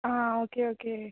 हा okay okay